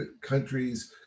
countries